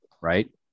right